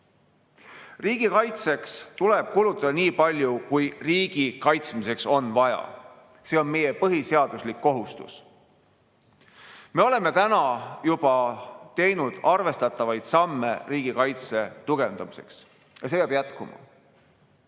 Riigikaitseks tuleb kulutada nii palju, kui riigi kaitsmiseks on vaja. See on meie põhiseaduslik kohustus. Me oleme juba teinud arvestatavaid samme riigikaitse tugevdamiseks ja see peab jätkuma.